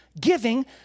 giving